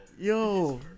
Yo